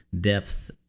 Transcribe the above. depth